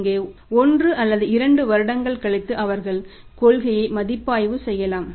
இங்கே ஒன்று அல்லது இரண்டு வருடங்கள் கழித்து அவர்கள் கொள்கையை மதிப்பாய்வு செய்யலாம்